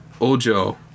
Ojo